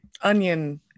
onion